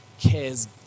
cares